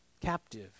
Captive